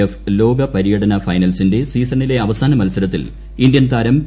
F ലോക് പര്യടന ഫൈനൽസിന്റെ സീസണിലെ അവസാന മൽസരത്തിൽ ഇന്ത്യൻ താരം പി